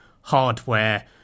hardware